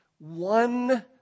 one